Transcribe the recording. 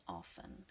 often